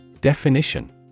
Definition